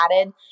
added